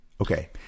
Okay